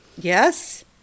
Yes